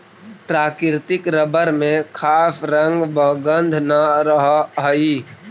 प्राकृतिक रबर में खास रंग व गन्ध न रहऽ हइ